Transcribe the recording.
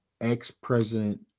ex-President